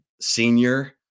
senior